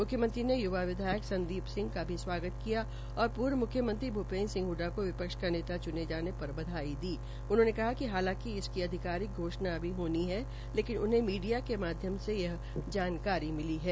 मुख्यमंत्री ने युवा विधायक संदीप सिंह का भी स्वागत किया और पूर्व मुख्यमंत्री भूपेन्द्र सिंह ह्डडा को विपक्ष का नेता चुने जाने पर बधाई दी उन्होने कहा िक हालांकि इसकी अधिकारिक घोषणा अभी होनी है लेकिन उन्हें मीडिया के माध्यम से यह जानकारी मिली है